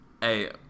hey